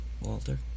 Walter